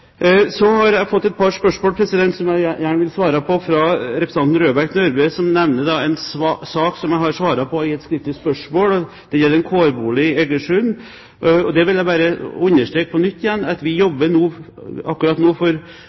Så har jeg fått et par spørsmål fra Røbekk Nørve som jeg gjerne vil svare på. Representanten nevner en sak i et skriftlig spørsmål som jeg har svart på, som gjelder kårbolig i Eigersund. Jeg vil bare igjen understreke at vi jobber nå med en gjennomgang av prinsippene for praktisering av delingsforbudet. Nye retningslinjer vil bli utarbeidet, og vi